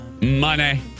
Money